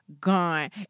gone